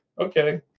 okay